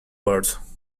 words